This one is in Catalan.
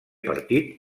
partit